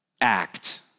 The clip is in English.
act